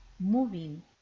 Moving